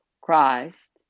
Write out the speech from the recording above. Christ